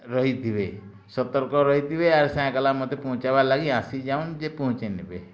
ରହିଥିବେ ସତର୍କ ରହିଥବେ ଆର୍ ପହଁଞ୍ଚେଇବାର୍ ଲାଗି ଆସିଯାଉନ୍ ଯେ ପହଁଞ୍ଚେଇନେବେ